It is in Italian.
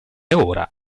ora